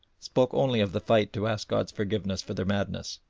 spoke only of the fight to ask god's forgiveness for their madness.